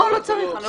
לא צריך.